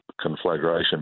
conflagration